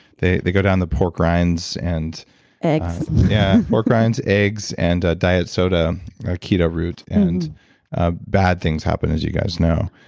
they they go down the pork rinds and eggs yeah pork rinds, eggs, and ah diet soda keto route and ah bad things happen, as you guys know.